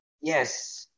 yes